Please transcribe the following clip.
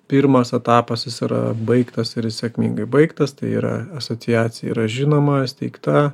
pirmas etapas jis yra baigtas ir sėkmingai baigtas tai yra asociacija yra žinoma įsteigta